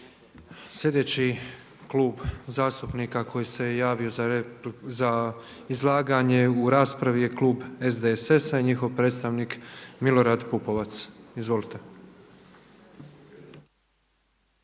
Sljedeći klub zastupnika koji se javio za izlaganje u raspravi je klub SDSS-a i njihov predstavnik Milorad Pupovac, izvolite.